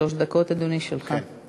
שלוש דקות, אדוני, שלך.